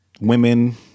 women